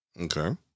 Okay